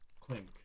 Clink